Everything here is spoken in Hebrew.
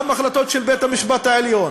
גם החלטות של בית-המשפט העליון,